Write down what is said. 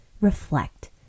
reflect